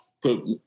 put